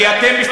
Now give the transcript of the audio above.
כי אתם,